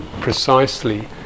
precisely